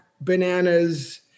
bananas